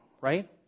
right